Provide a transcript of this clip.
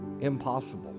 Impossible